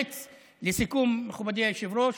לסיכום, מכובדי היושב-ראש,